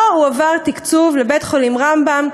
לא הועבר תקציב לבית-חולים רמב"ם,